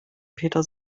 peter